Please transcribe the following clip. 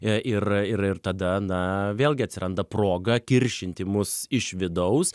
ir ir ir tada na vėlgi atsiranda proga kiršinti mus iš vidaus